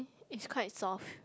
it's quite soft